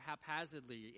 haphazardly